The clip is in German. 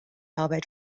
arbeit